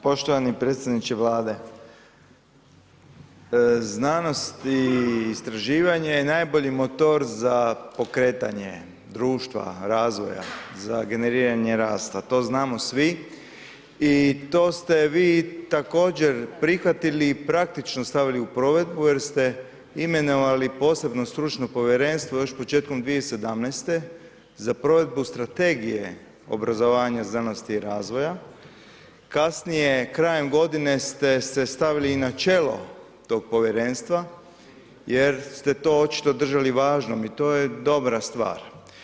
Poštovani predsjedniče Vlade, znanost i istraživanje je najbolji motor za pokretanje društva, razvoja, za generiranje rasta, to znamo svi i to ste vi također prihvatili i praktično stavili u provedbu jer ste imenovali posebno stručno povjerenstvo još početkom 2017. za provedbu strategije obrazovanja znanosti i razvoja, kasnije krajem godine ste se stavili i na čelo tog povjerenstva jer ste to očito držali važnom i to je dobra stvar.